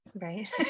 right